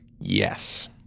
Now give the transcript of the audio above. Yes